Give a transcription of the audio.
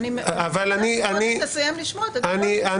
אני מציעה שקודם תסיים לשמוע את התגובה שלנו.